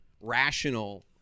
rational